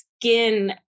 skin